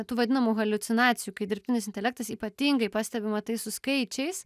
tų vadinamų haliucinacijų kai dirbtinis intelektas ypatingai pastebima tai su skaičiais